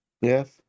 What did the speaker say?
Yes